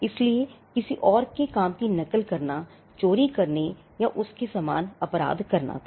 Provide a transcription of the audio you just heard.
इसलिए किसी और के काम की नकल करना चोरी करने या उसके समान अपराध करना था